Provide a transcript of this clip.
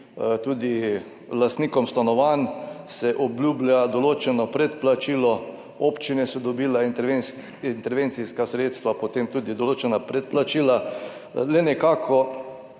tudi lastnikom stanovanj se obljublja določeno predplačilo, občine so dobile intervencijska sredstva, potem tudi določena predplačila, le